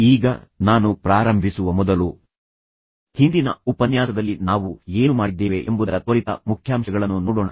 ಈಗ ನಾನು ಪ್ರಾರಂಭಿಸುವ ಮೊದಲು ಹಿಂದಿನ ಉಪನ್ಯಾಸದಲ್ಲಿ ನಾವು ಏನು ಮಾಡಿದ್ದೇವೆ ಎಂಬುದರ ತ್ವರಿತ ಮುಖ್ಯಾಂಶಗಳನ್ನು ನೋಡೋಣ